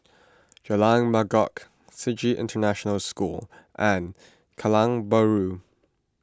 Jalan Mangkok Sji International School and Kallang Bahru